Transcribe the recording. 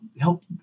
help